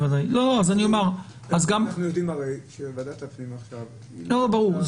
אנחנו יודעים שוועדת הפנים עכשיו- -- ברור.